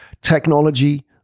technology